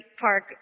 park